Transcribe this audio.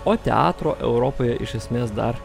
o teatro europoje iš esmės dar